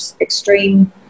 extreme